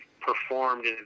performed